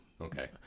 Okay